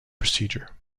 procedure